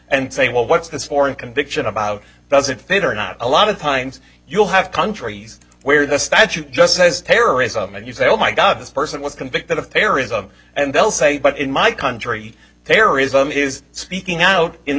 and say well what's this for and conviction about does it fit or not a lot of times you'll have countries where the statute just says terrorism and you say oh my god this person was convicted of terrorism and they'll say but in my country there is speaking out in the